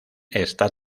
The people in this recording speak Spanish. está